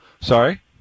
Sorry